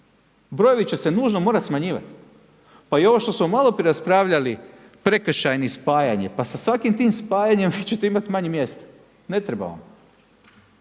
Brojevi će se nužno morat smanjivat. Pa i ovo što smo maloprije raspravljali prekršajni, spajanje. Pa sa svakim tim spajanjem vi ćete imat manje mjesta. Ne treba vam.